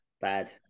Bad